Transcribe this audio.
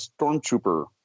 stormtrooper